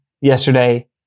yesterday